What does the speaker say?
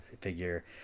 figure